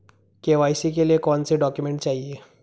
KYC के लिए कौनसे डॉक्यूमेंट चाहिये?